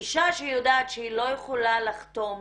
אישה שיודעת שהיא לא יכולה לחתום